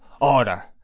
Order